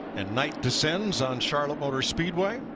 and night descends on charlotte motor speedway.